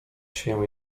się